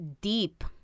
deep